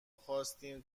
خواستیم